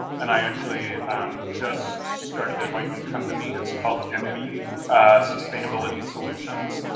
and i actually just started my own company. it's called enweave sustainability solutions.